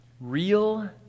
Real